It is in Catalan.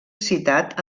citat